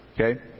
Okay